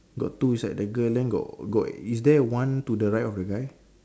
got two beside the girl then got got is there one to the right of the guy